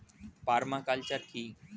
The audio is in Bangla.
পার্মা কালচার কি?